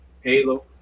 Halo